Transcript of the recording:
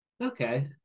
okay